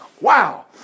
Wow